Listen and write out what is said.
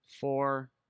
four